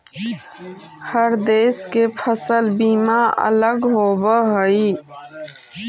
हर देश के फसल बीमा अलग होवऽ हइ